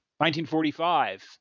1945